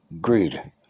greed